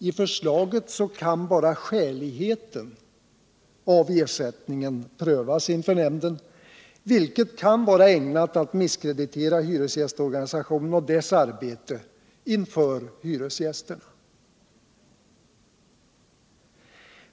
Fförslaget kan bara skäligheten av ersättningen prövas inför nämnden, vilket kan vara ägnat att misskreditera hyresgästorganisationen och dess arbete inför hyresgästerna.